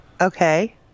Okay